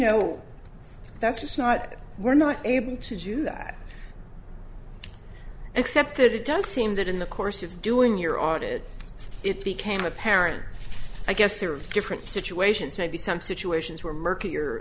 know that's just not we're not able to do that except that it does seem that in the course of doing your audit it became apparent i guess there are different situations maybe some situations where murk